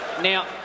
Now